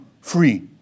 free